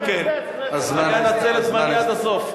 תקצר, אני אנצל את זמני עד הסוף.